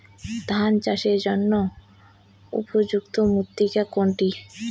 ধান চাষের জন্য উপযুক্ত মৃত্তিকা কোনটি?